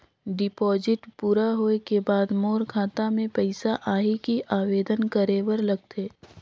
Deposit पूरा होय के बाद मोर खाता मे पइसा आही कि आवेदन करे बर लगथे?